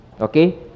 Okay